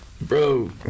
bro